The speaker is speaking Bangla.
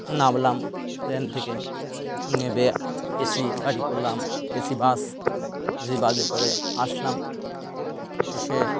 নামলাম প্লেন থেকে নেমে এ সি গাড়ি করলাম A C bus A C বাসে করে আসলাম এসে